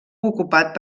ocupat